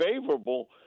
favorable